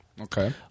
okay